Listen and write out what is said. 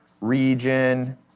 region